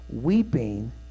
weeping